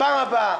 פעם הבאה,